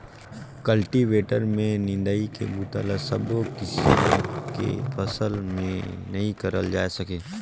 cultivator में निंदई के बूता ल सबो किसम के फसल में नइ करल जाए सके